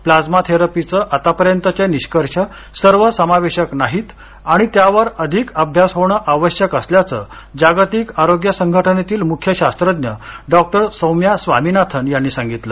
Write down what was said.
plasma थेरपीचे आतापर्यंतचे निष्कर्ष सर्व समावेशक नाहीत आणि त्यावर अधिक अभ्यास होणं आवश्यक असल्याचं जागतिक आरोग्य संघटनेतील मुख्य शास्त्रज्ञ डॉक्टर सौम्या स्वामिनाथन यांनी सांगितलं